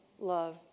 love